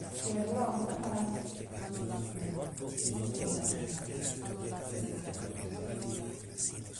Tiya duuraŋoo woololemu na palaati, woo diyaata ňee baake haa.